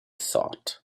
thought